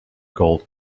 gold